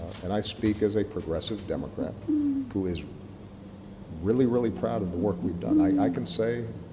and i speak as a progressive democrat who is really, really proud of the work we've done. i can say,